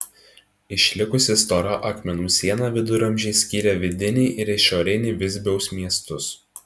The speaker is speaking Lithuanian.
išlikusi stora akmenų siena viduramžiais skyrė vidinį ir išorinį visbiaus miestus